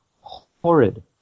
horrid